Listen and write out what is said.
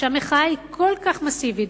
שהמחאה היא כל כך מסיבית,